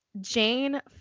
Jane